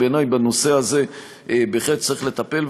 בעיני בנושא הזה בהחלט צריך לטפל,